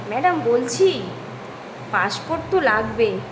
madam বলছি passport তো লাগবে